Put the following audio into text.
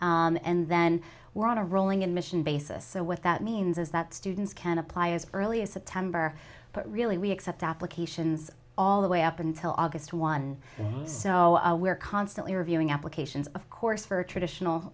november and then we're on a rolling in mission basis so what that means is that students can apply as early as september but really we accept applications all the way up until august one so we're constantly reviewing applications of course for a traditional